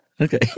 Okay